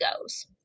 goes